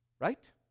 Right